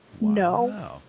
no